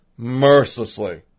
mercilessly